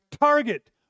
target